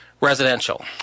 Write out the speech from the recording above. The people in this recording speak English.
residential